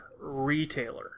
retailer